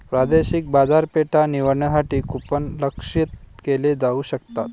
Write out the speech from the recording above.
प्रादेशिक बाजारपेठा निवडण्यासाठी कूपन लक्ष्यित केले जाऊ शकतात